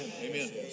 Amen